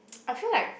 I feel like